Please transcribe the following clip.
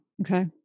Okay